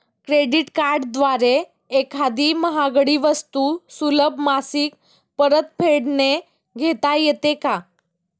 Credit कार्डद्वारे एखादी महागडी वस्तू सुलभ मासिक परतफेडने घेता येते का?